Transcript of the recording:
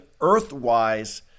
earthwise